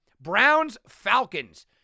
Browns-Falcons